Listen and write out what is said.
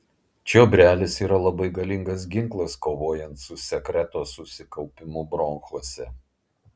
čiobrelis yra labai galingas ginklas kovojant su sekreto susikaupimu bronchuose